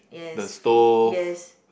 yes fridge yes